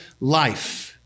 life